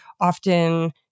often